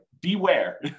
beware